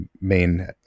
main